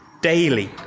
daily